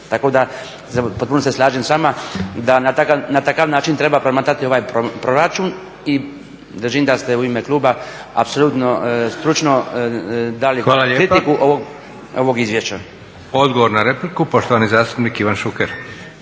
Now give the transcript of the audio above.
Tako da, potpuno se slažem s vama da na takav način treba promatrati ovaj proračun i držim da ste u ime kluba apsolutno stručno dali kritiku ovog izvješća. **Leko, Josip (SDP)** Hvala lijepa. Odgovor na repliku, poštovani zastupnik Ivan Šuker.